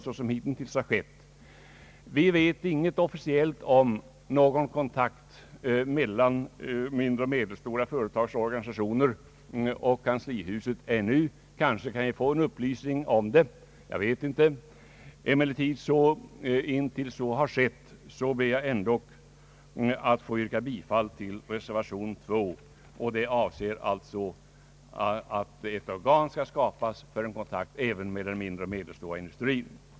Vi vet ännu ingenting officiellt om det kanske redan förekommit någon sådan kontakt mellan mindre och medelstora företags organisationer och kanslihuset; kanske kan vi få en upplysning därom. Nu kommer jag ändock att yrka bifall till reservation 2, som alltså hemställer att ett organ skall skapas för kontakt även med den mindre och medelstora industrin.